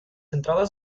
entradas